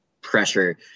pressure